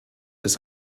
des